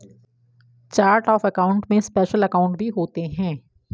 chart of account में special account भी होते हैं